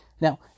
Now